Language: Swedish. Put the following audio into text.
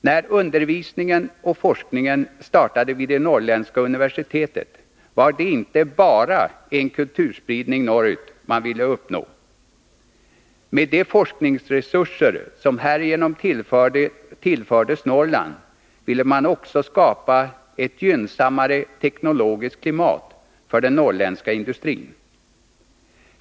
När undervisningen och forskningen startade vid det norrländska universitetet var det inte ”bara” en kulturspridning norrut man ville uppnå. Med de forskningsresurser som härigenom tillfördes Norrland ville man också skapa ett gynnsammare teknologiskt klimat för den norrländska industrin.